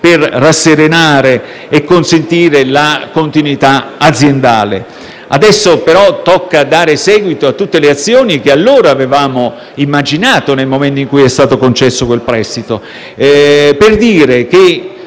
per rasserenare e consentire la continuità aziendale. Adesso, però, tocca dare seguito a tutte le azioni che allora avevamo immaginato, nel momento in cui è stato concesso quel prestito, per dire che